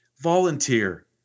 Volunteer